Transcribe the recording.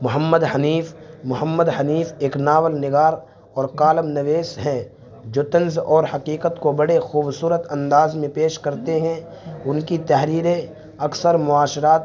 محمد حنیف محمد حنیف ایک ناول نگار اور کالم نویس ہیں جو طنز اور حقیقت کو بڑے خوبصورت انداز میں پیش کرتے ہیں ان کی تحریریں اکثر معاشرت